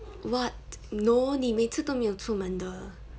what no 你每次都没有出门的